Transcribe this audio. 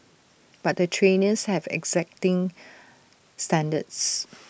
but the trainers have exacting standards